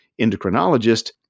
endocrinologist